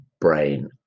brain